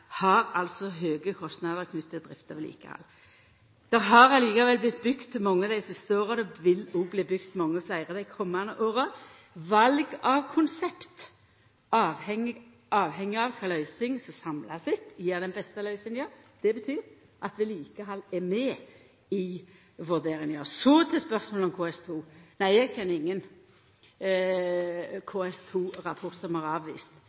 har altså høge kostnader knytte til drift og vedlikehald. Det har likevel vorte bygt mange dei siste åra, og det vil òg bli bygd mange dei komande åra. Val av konsept avheng av kva løysing som samla sett gjev den beste løysinga. Det betyr at vedlikehald er med i vurderinga. Så til spørsmålet om KS2. Nei, eg kjenner ingen KS2-rapport som er avvist, men eg veit at det er sjeldan departementet har